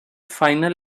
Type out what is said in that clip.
final